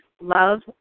Love